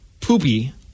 poopy